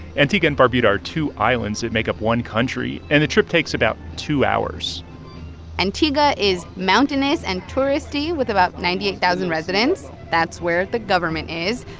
antigua and barbuda are two islands that make up one country. and the trip takes about two hours antigua is mountainous and touristy with about ninety eight thousand residents. that's where the government is.